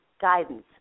guidance